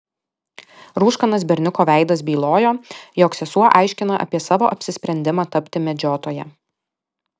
rūškanas berniuko veidas bylojo jog sesuo aiškina apie savo apsisprendimą tapti medžiotoja